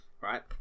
right